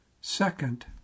Second